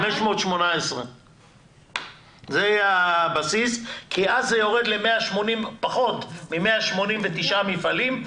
זה יהיה הבסיס כי אז זה יורד לפחות מ-189 מפעלים.